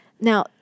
Now